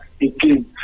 again